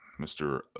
Mr